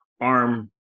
arm